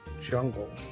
jungle